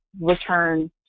return